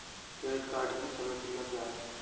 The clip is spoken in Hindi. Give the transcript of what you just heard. क्रेडिट कार्ड की समय सीमा क्या है?